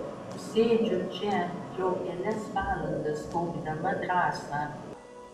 sėdžiu čia jau kelias valandas kaupdama drąsą